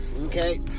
okay